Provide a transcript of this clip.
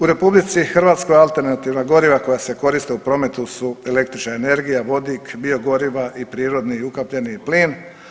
U RH alternativna goriva koja se koriste u prometu su električna energija, vodik, biogoriva i prirodni i ukapljeni plin.